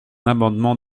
amendement